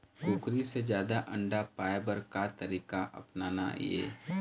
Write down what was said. कुकरी से जादा अंडा पाय बर का तरीका अपनाना ये?